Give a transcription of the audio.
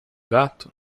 gato